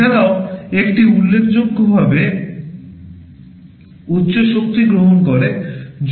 এছাড়াও এটি উল্লেখযোগ্যভাবে উচ্চ শক্তি গ্রহণ করে